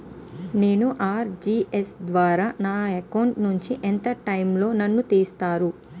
నేను ఆ.ర్టి.జి.ఎస్ ద్వారా నా అకౌంట్ నుంచి ఎంత టైం లో నన్ను తిసేస్తారు?